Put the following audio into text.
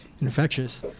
infectious